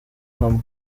hamwe